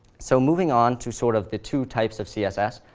so moving on to sort of the two types of css,